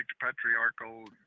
patriarchal